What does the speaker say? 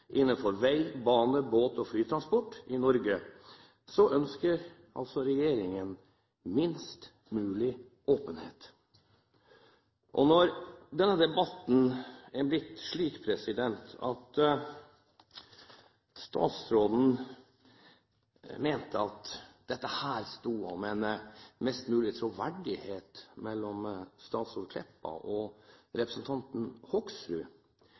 innenfor vei, bane, båt og flytransport i Norge, ønsker altså regjeringen minst mulig åpenhet. Når statsråd Meltveit Kleppa mente at det sto om mest mulig troverdighet – statsråden eller representanten Hoksrud